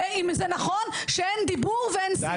האם זה נכון שאין דיבור ואין שיח?